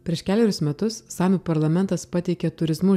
prieš kelerius metus samių parlamentas pateikė turizmu